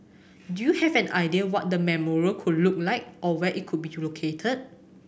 do you have an idea what the memorial could look like or where it could be located